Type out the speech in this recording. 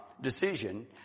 decision